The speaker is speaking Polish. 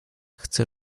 chce